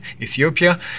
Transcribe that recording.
Ethiopia